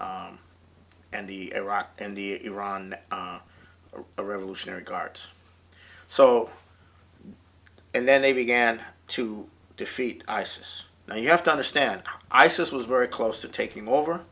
and the iraq and the iran of a revolutionary guards so and then they began to defeat isis now you have to understand isis was very close to taking over